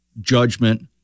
judgment